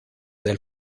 del